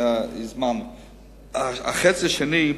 החצי השני,